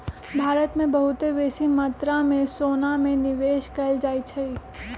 भारत में बहुते बेशी मत्रा में सोना में निवेश कएल जाइ छइ